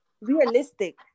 realistic